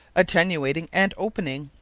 attenuating and opening.